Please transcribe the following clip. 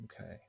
Okay